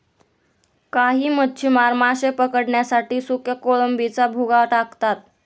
काही मच्छीमार मासे पकडण्यासाठी सुक्या कोळंबीचा भुगा टाकतात